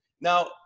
Now